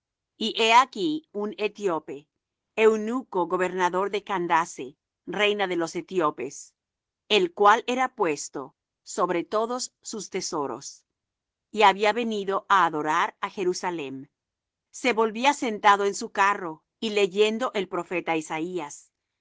y he aquí un etiope eunuco gobernador de candace reina de los etiopes el cual era puesto sobre todos sus tesoros y había venido á adorar á jerusalem se volvía sentado en su carro y leyendo el profeta isaías